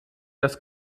das